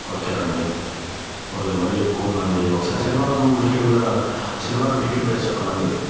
okay అండి మరీ ఎక్కువ ఉందండి ఒకసారి శనివారం టికెట్ కూడా శనివారం టికెట్ ప్రైస్ చెప్పండి